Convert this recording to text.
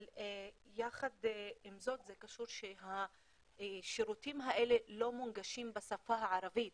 אבל יחד עם זאת זה קשור לכך שהשירותים האלה לא מונגשים בשפה הערבית